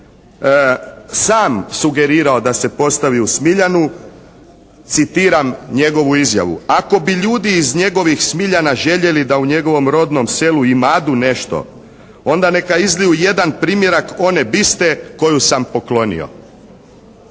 sam sugerirao da se postavi u Smiljanu, citiram njegovu izjavu: "Ako bi ljudi iz njegovih Smiljana željeli da u njegovom rodnom selu imadu nešto, onda neka izliju jedan primjerak one biste koju sam poklonio".